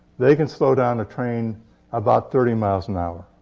they can slow down a train about thirty miles an hour.